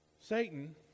Satan